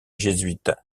jésuites